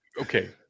okay